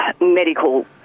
medical